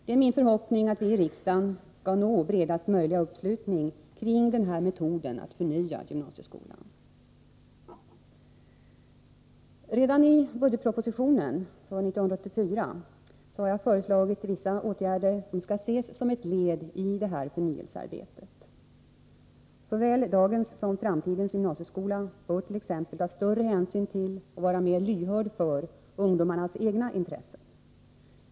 Det är min förhoppning att vi i riksdagen skall nå bredaste möjliga uppslutning kring denna metod för att Redan i budgetpropositionen för 1984 har jag föreslagit vissa åtgärder som skall ses som ett led i detta förnyelsearbete. Såväl dagens som framtidens gymnasieskola bör t.ex. ta större hänsyn till och vara mer lyhörd för ungdomarnas egna intressen.